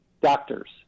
doctors